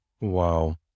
Wow